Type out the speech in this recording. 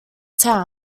town